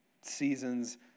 seasons